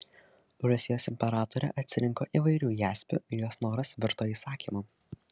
rusijos imperatorė atsirinko įvairių jaspių ir jos noras virto įsakymu